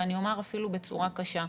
ואני אומר אפילו בצורה קשה,